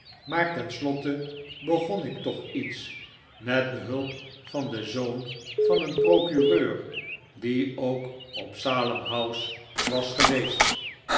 maar tenslotte begon ik toch iets met behulp van den zoon van een procureur die ook op salem house was geweest